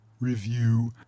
review